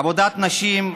עבודת נשים,